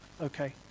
Okay